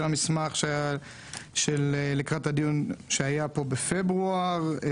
של המסמך שהוכן לקראת הדיון שהיה פה בפברואר.